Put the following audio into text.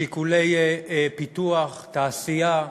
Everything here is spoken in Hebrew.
שיקולי פיתוח, תעשייה.